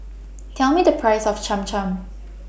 Tell Me The Price of Cham Cham